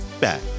back